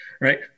right